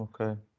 Okay